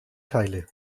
teile